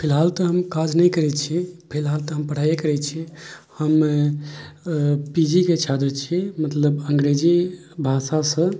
फिलहाल तऽ हम काज नहि करै छी फिलहाल तऽ हम पढ़ाइयै करै छियै हम पी जी के छात्र छी मतलब अंग्रेजी भाषासँ